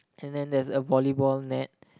and then there's a volleyball net